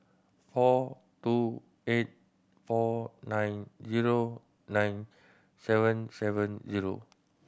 four two eight four nine zero nine seven seven zero